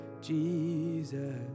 Jesus